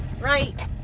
Right